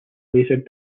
laser